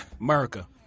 America